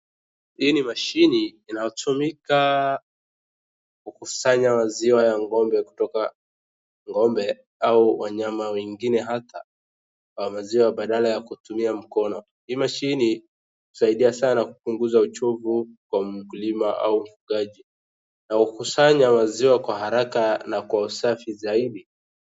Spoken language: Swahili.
Hii ni mashini inayotumika kukusanya maziwa ya ng'ombe kutoka kwa ng'ombe, au wanyama wengine hata, wa maziwa badala ya kutumia mkono. Hii mashini, husaidia sana kupunguza uchovu kwa mkulima au mfugaji, na hukusanya maziwa kwa haraka na kwa usafi zaidi .